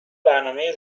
برنامه